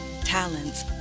talents